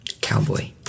cowboy